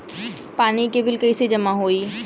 पानी के बिल कैसे जमा होयी?